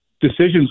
decisions